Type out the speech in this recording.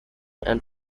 and